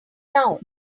now